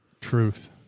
Truth